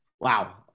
wow